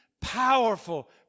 powerful